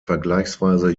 vergleichsweise